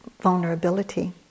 vulnerability